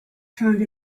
found